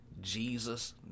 Jesus